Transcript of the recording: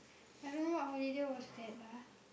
I don't know what holiday was that lah